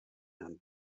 herrn